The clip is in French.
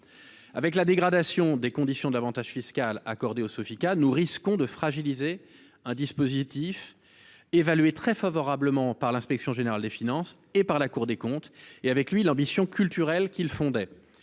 Avec la dégradation des conditions de l’avantage fiscal accordé aux Sofica, nous risquons de fragiliser un dispositif évalué très favorablement par l’inspection générale des finances et par la Cour des comptes, et, avec lui, l’ambition culturelle qu’il fondait.